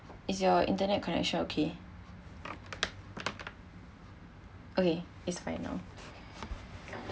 is your internet connection okay okay is fine now